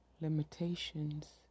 limitations